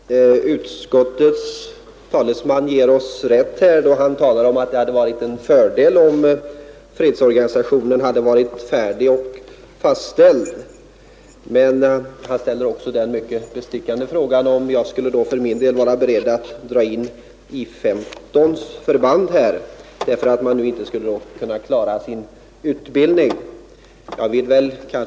Herr talman! Utskottets talesman ger oss rätt då han talar om att det hade varit en fördel om fredsorganisationen hade varit färdig och fastställd. Men han ställde också den bestickande frågan om jag skulle vara beredd att dra in I 15, eftersom regementet inte skulle kunna klara sin utbildning utan detta skjutfält.